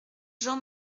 jean